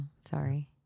Sorry